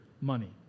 money